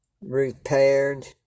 repaired